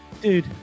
Dude